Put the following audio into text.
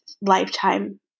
lifetime